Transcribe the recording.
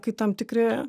kai tam tikri